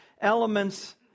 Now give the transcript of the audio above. elements